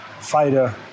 fighter